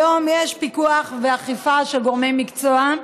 היום יש פיקוח ואכיפה של גורמי מקצוע,